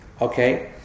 Okay